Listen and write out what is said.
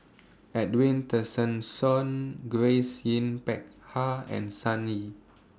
Edwin Tessensohn Grace Yin Peck Ha and Sun Yee